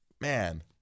Man